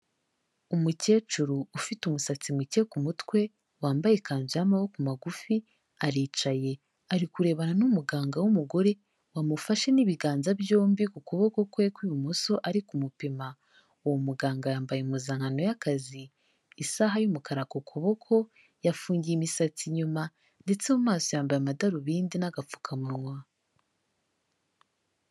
Umukecuru ufite umusatsi muke ku mutwe, wambaye ikanzu y'amaboko magufi, aricaye ari kurebana n'umuganga w'umugore wamufashe n'ibiganza byombi ku kuboko kwe kw'ibumoso ari kumupima, uwo muganga yambaye impuzankano y'akazi, isaha y'umukara ku kuboko, yafungiye imisatsi inyuma ndetse mu maso yambaye amadarubindi n'agapfukamunwa.